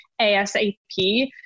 ASAP